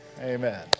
Amen